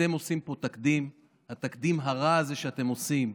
אתם עושים פה תקדים, התקדים הרע הזה שאתם עושים,